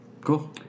Cool